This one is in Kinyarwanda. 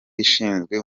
ishinzwe